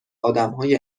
آدمهای